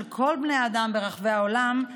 של כל בני האדם ברחבי העולם,